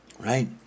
right